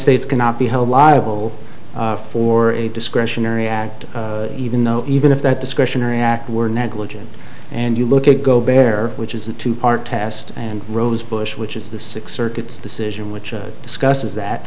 states cannot be held liable for a discretionary act even though even if that discretionary act were negligent and you look at go bare which is a two part test and rose bush which is the six circuits decision which discusses that